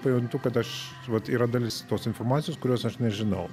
pajuntu kad aš vat yra dalis tos informacijos kurios aš nežinau